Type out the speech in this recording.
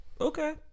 Okay